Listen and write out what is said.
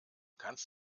kannst